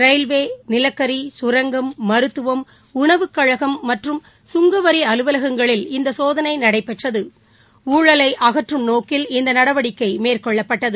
railway நிலக்கரி சுரங்கம் மருத்துவம் உணவுக்கழகம் மற்றும் சுங்கவரி அலுவலகங்களில் இந்த சோதனை நடைபெற்றது ஊழலை அகற்றும் நோக்கில் இந்த நடவடிக்கை மேற்கொள்ளப்பட்டது